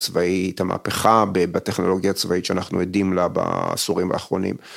צבאית, המהפכה בטכנולוגיה הצבאית שאנחנו עדים לה בעשורים האחרונים.